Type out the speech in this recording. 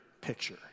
picture